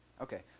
Okay